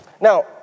Now